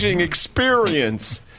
experience